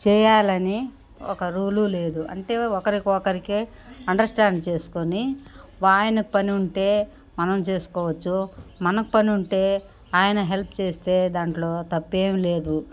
చెయ్యాలని ఒక రూలు లేదు అంటే ఒకరికి ఒకరికి అండర్స్టాండ్ చేసుకొని ఆయనకి పని ఉంటే మనం చేసుకోవచ్చు మనకు పని ఉంటే ఆయన హెల్ప్ చేస్తే దాంట్లో తప్పేమీ లేదు